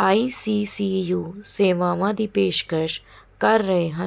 ਆਈ C C U ਸੇਵਾਵਾਂ ਦੀ ਪੇਸ਼ਕਸ਼ ਕਰ ਰਹੇ ਹਨ